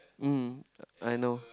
um I know